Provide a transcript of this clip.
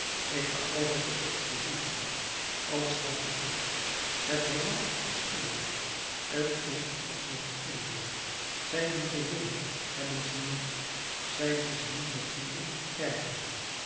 ik ga over tot de oppositie alles gaat verkeerd het heelal is kibbelend t is als met de kinderen zij die ze willen hebben ze niet zij die ze niet begeeren krijgen ze